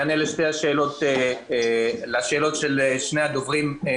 לשאלות שני הדוברים: